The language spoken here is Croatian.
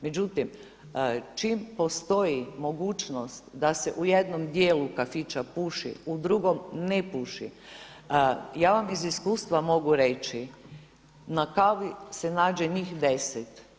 Međutim, čim postoji mogućnost da se u jednom dijelu kafića puši, u drugom ne pušim ja vam iz iskustva mogu reći na kavi se nađe njih 10.